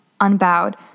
unbowed